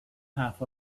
half